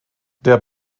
der